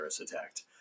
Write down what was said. attacked